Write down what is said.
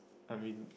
I mean